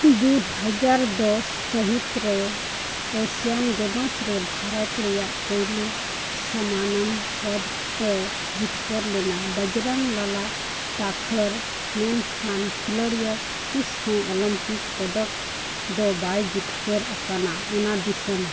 ᱫᱩ ᱦᱟᱡᱟᱨ ᱫᱚᱥ ᱥᱟᱹᱦᱤᱛᱨᱮ ᱮᱥᱤᱭᱟᱱ ᱜᱮᱢᱥ ᱨᱮ ᱵᱷᱟᱨᱚᱛ ᱨᱮᱱᱟᱜ ᱯᱩᱭᱞᱳ ᱥᱟᱢᱟᱱᱚᱢ ᱯᱚᱫᱚᱠ ᱮ ᱡᱤᱛᱠᱟᱹᱨ ᱞᱮᱱᱟ ᱵᱚᱡᱽᱨᱚᱝ ᱞᱟᱞᱟ ᱛᱟᱠᱷᱚᱨ ᱢᱮᱱᱠᱷᱟᱱ ᱠᱷᱮᱞᱳᱰᱤᱭᱟᱹ ᱛᱤᱥᱦᱚᱸ ᱚᱞᱤᱢᱯᱤᱠ ᱯᱚᱫᱚᱠ ᱫᱚ ᱵᱟᱭ ᱡᱤᱛᱠᱟᱹᱨ ᱟᱠᱟᱱᱟ ᱚᱱᱟᱫᱤᱥᱚᱢ